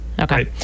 Okay